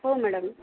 हो मॅडम